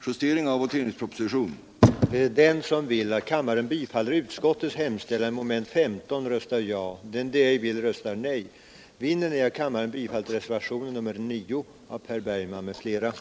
den det ej vill röstar nej. den det ej vill röstar nej. den det ej vill röstar nej. den det ej vill röstar nej. den det ej vill röstar nej. den det ej vill röstar nej. den det ej vill röstar nej. den det ej vill röstar nej.